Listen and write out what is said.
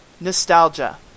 Nostalgia